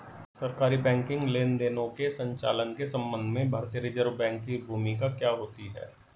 सरकारी बैंकिंग लेनदेनों के संचालन के संबंध में भारतीय रिज़र्व बैंक की भूमिका क्या होती है?